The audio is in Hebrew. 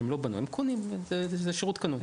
הם לא בנו, הם קונים, זה שירות קנוי.